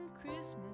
Christmas